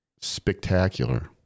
spectacular